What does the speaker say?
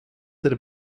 der